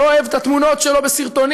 לא אוהב את התמונות שלו בסרטונים,